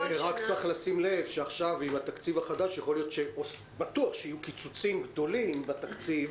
צריך לשים לב שעכשיו עם התקציב החדש בטוח יהיו קיצוצים גדולים בתקציב.